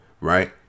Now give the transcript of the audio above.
right